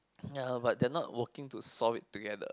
ya but they are not working to solve it together